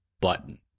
button